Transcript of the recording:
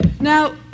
Now